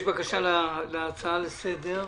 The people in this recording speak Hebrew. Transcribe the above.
יש בקשה להצעה לסדר.